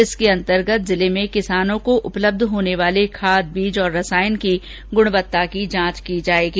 इसके अंतर्गत जिले में कृषकों को उपलब्ध होने वाले खाद बीज व रसायन आदि की गुणवत्ता की जांच की जाएगी